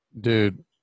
dude